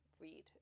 read